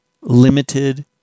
limited